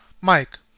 Mike